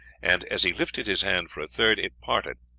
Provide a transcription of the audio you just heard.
and, as he lifted his hand for a third, it parted.